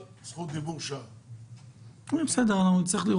בנוגע לחוקיות קבלת ההחלטה או סבירות קבלת ההחלטה במועד שהיא מתקבלת,